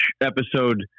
Episode